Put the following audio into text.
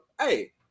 Hey